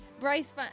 Bryce